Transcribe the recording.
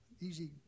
easy